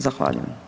Zahvaljujem.